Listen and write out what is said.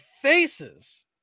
faces